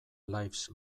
lives